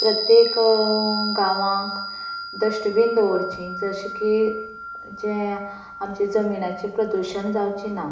प्रत्येक गांवांत डस्टबीन दवरचीं जशे की जें आमच्या जमनाचें प्रदुशण जावचें ना